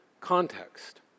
context